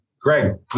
Greg